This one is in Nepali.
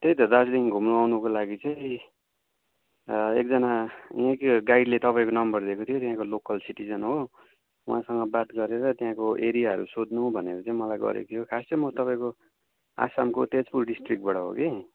त्यही त दार्जिलिङ घुम्नु आउनुको लागि चाहिँ एकजना यहीँको गाइडले तपाईँको नम्बर दिएको थियो त्यहाँको लोकल सिटिजन हो उहाँसँग बात गरेर त्यहाँको एरियाहरू सोध्नु भनेर मलाई गरेको थियो खासमा चाहिँ म तपाईँको असमको तेजपुर डिस्ट्रिक्टबाट हो कि